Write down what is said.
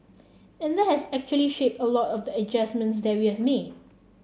and that has actually shaped a lot of the adjustments that we've made